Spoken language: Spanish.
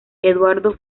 eduardo